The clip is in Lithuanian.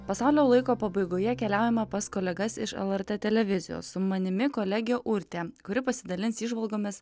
pasaulio laiko pabaigoje keliaujame pas kolegas iš lrt televizijos su manimi kolegė urtė kuri pasidalins įžvalgomis